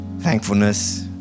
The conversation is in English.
thankfulness